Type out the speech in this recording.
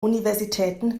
universitäten